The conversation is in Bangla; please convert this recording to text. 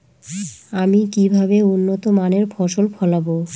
আমি কিভাবে উন্নত মানের ফসল ফলাব?